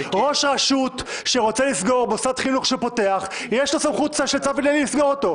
ראש הרשות שרוצה לסגור מוסד חינוך שפותח יש לו סמכות לסגור אותו.